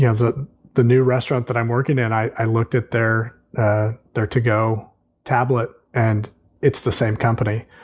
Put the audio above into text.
yeah the the new restaurant that i'm working in, i looked at. they're there to go tablet and it's the same company.